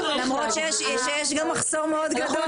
אבל